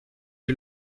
est